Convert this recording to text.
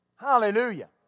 Hallelujah